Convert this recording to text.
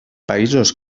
països